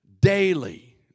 Daily